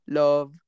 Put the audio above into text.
love